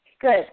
Good